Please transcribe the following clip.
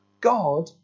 God